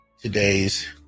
today's